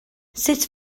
sut